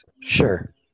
Sure